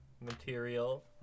material